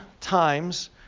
times